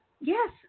Yes